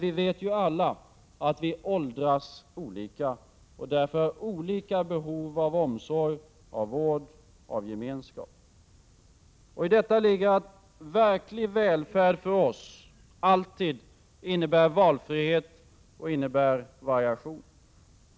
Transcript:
Vi vet ju alla att vi åldras olika och därför har olika behov av omsorg, vård och gemenskap. I detta ligger att verklig välfärd för oss alltid innebär valfrihet och variation.